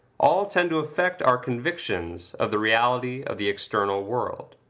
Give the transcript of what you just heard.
all tend to affect our convictions of the reality of the external world.